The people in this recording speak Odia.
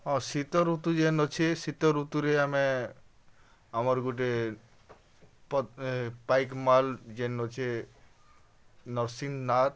ହଁ ଶୀତ ଋତୁ ଯେନ୍ ଅଛେ ଶୀତ ଋତୁରେ ଆମେ ଆମର୍ ଗୁଟେ ପାଇକମାଲ୍ ଯେନ୍ ଅଛେ ନରସିଂହନାଥ୍